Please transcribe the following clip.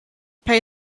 pay